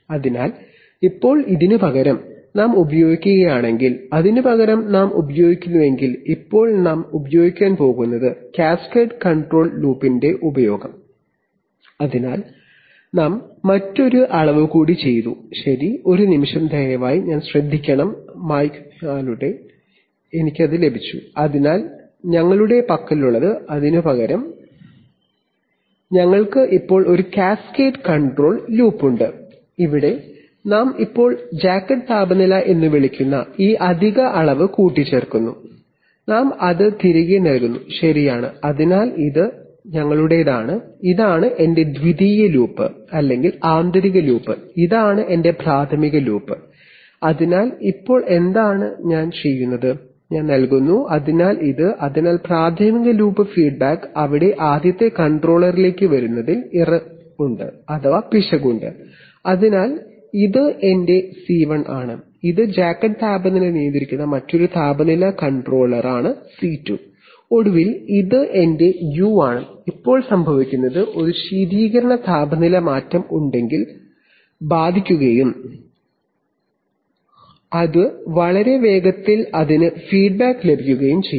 അതിനാൽ ഇപ്പോൾ അതിനുപകരം നമ്മൾ ഉപയോഗിക്കാൻ പോകുന്നത് കാസ്കേഡ് കൺട്രോൾ ലൂപ്പിന്റെ ഉപയോഗം നോക്കാം ഞങ്ങൾക്ക് ഇപ്പോൾ ഒരു കാസ്കേഡ് കൺട്രോൾ ലൂപ്പ് ഉണ്ട് അവിടെ ഞങ്ങൾ ഇപ്പോൾ ജാക്കറ്റ് താപനില എന്ന് വിളിക്കുന്ന ഈ അധിക അളവ് കൂട്ടിച്ചേർക്കുന്നു ഞങ്ങൾ അത് തിരികെ നൽകുന്നു ശരിയാണ് അതിനാൽ ഇത് ഞങ്ങളുടെതാണ് ഇതാണ് എന്റെ ദ്വിതീയ ലൂപ്പ് അല്ലെങ്കിൽ ആന്തരിക ലൂപ്പ് ഇതാണ് എന്റെ പ്രാഥമിക ലൂപ്പ് അതിനാൽ ഇപ്പോൾ എന്താണ് ഞാൻ ചെയ്യുന്നത് ഞാൻ നൽകുന്നു അതിനാൽ ഇത് അതിനാൽ പ്രാഥമിക ലൂപ്പ് ഫീഡ്ബാക്ക് അവിടെ ആദ്യത്തെ കൺട്രോളറിലേക്ക് വരുന്നതിൽ പിശകുണ്ട് അതിനാൽ ഇത് എന്റെ സി1 ആണ് ഇത് ജാക്കറ്റ് താപനില നിയന്ത്രിക്കുന്ന മറ്റൊരു താപനില കൺട്രോളറാണ് സി2 ഒടുവിൽ ഇത് എന്റെ യു ആണ് ഇപ്പോൾ സംഭവിക്കുന്നത് ഒരു ശീതീകരണ താപനില മാറ്റം ഉണ്ടെങ്കിൽ ടി ബാധിക്കുകയുംജെ യെ അത്വളരെ വേഗത്തിൽഅതിന് ഫീഡ്ബാക്ക് ലഭിക്കുകയും ചെയ്യും